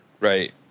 Right